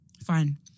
Fine